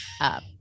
up